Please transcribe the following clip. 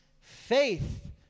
faith